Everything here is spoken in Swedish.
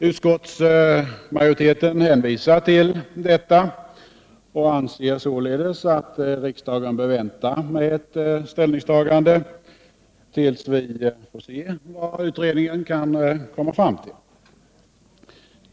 Utskottsmajoriteten hänvisar till detta och anser således att riksdagen bör vänta med ett ställningstagande tills vi får se vad utredningen kan komma fram till.